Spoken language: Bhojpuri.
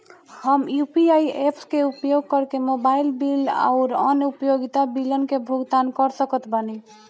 हम यू.पी.आई ऐप्स के उपयोग करके मोबाइल बिल आउर अन्य उपयोगिता बिलन के भुगतान कर सकत बानी